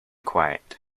quiet